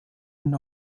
den